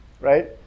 right